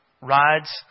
rides